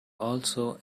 also